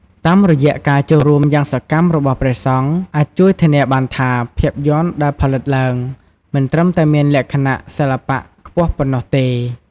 តាមរយៈការចូលរួមយ៉ាងសកម្មរបស់ព្រះសង្ឃ អាចជួយធានាបានថា ភាពយន្តដែលផលិតឡើងមិនត្រឹមតែមានលក្ខណៈសិល្បៈខ្ពស់ប៉ុណ្ណោះទេ។